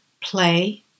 play